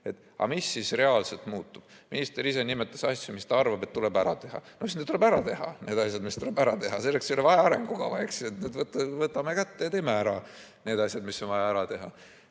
Aga mis reaalselt muutub? Minister ise nimetas asju, mis ta arvab, et tuleb ära teha. No siis tuleb need ära teha, need asjad, mis tuleb ära teha. Selleks ei ole vaja arengukava. Võtame kätte ja teeme ära need asjad, mis on vaja ära teha.